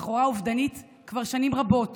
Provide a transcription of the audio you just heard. בחורה אובדנית כבר שנים רבות,